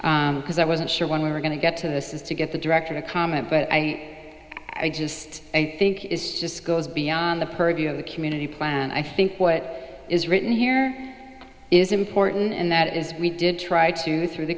do because i wasn't sure when we were going to get to this is to get the director to comment but i i just think is just goes beyond the purview of the community plan and i think what is written here is important and that is we did try to through the